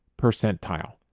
percentile